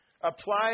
apply